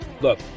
look